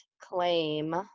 claim